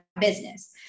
business